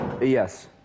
Yes